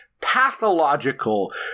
pathological